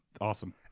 awesome